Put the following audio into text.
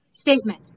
statement